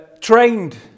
trained